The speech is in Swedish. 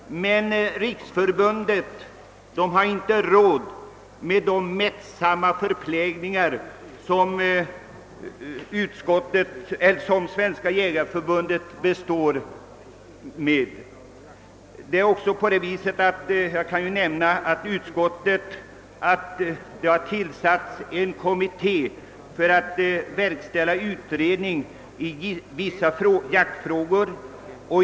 Men riksförbundet har inte råd med de mättande förplägnader som Svenska jägareförbundet kan bestå med. Utskottet nämner att det har tillsatts en kommitté för att verkställa utredning i vissa jaktfrågor.